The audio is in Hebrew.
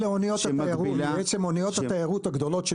אלה בעצם אוניות התיירות הגדולות,